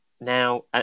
Now